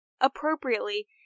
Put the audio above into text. appropriately